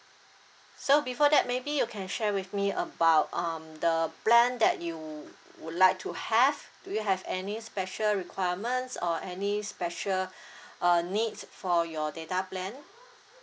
so before that maybe you can share with me about um the plan that you would like to have do you have any special requirements or any special uh need for your data plan